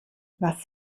was